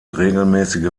regelmäßige